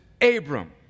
Abram